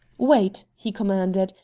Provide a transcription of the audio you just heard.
wait, he commanded.